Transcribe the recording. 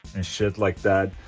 and shit like that.